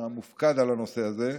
המופקד על הנושא הזה,